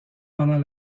pendant